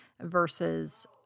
versus